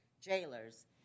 jailers